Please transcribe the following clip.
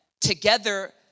together